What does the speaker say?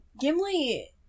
Gimli